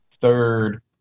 third